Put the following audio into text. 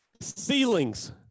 Ceilings